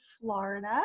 Florida